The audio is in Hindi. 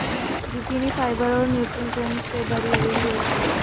जुकिनी फाइबर और न्यूट्रिशंस से भरी हुई होती है